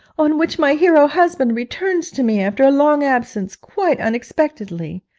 on which my hero husband returns to me after a long absence, quite unexpectedly.